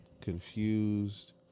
confused